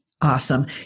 awesome